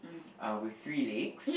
uh with three legs